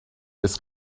this